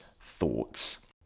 thoughts